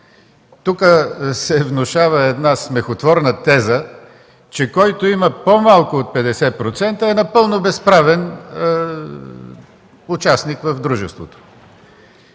Тук се внушава една смехотворна теза, че който има по-малко от 50% е напълно безправен участник в дружеството.